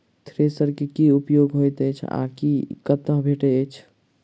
Thresher केँ की उपयोग होइत अछि आ ई कतह भेटइत अछि?